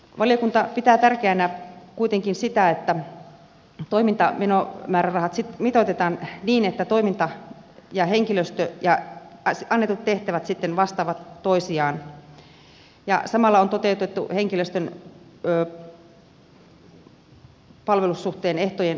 valiokunta pitää tärkeänä kuitenkin sitä että toimintamenomäärärahat mitoitetaan niin että toiminta ja henkilöstö ja annetut tehtävät sitten vastaavat toisiaan ja samalla on toteutettu henkilöstön palvelussuhteen ehtojen uudistaminen